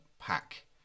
pack